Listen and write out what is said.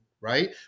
right